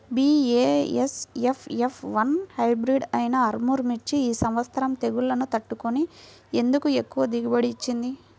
BASF F one hybrid అయినా ఆర్ముర్ మిర్చి ఈ సంవత్సరం తెగుళ్లును తట్టుకొని ఎందుకు ఎక్కువ దిగుబడి ఇచ్చింది?